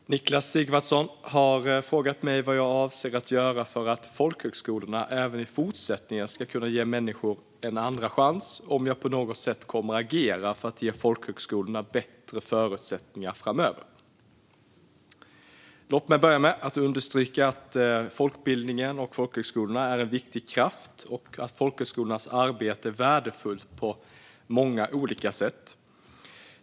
Fru talman! Niklas Sigvardsson har frågat mig vad jag avser att göra för att folkhögskolorna även i fortsättningen ska kunna ge människor en andra chans och om jag på något sätt kommer att agera för att ge folkhögskolorna bättre förutsättningar framöver. Låt mig börja med att understryka att folkbildningen och folkhögskolorna är en viktig kraft och att folkhögskolornas arbete är värdefullt på många olika sätt.